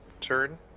turn